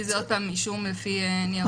לדעתי זה עוד פעם אישום לפי --- חבר'ה,